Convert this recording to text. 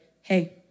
hey